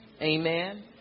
Amen